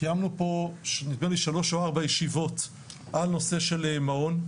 קיימנו פה שלוש או ארבע ישיבות על נושא של מעון,